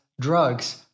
drugs